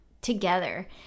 together